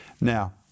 Now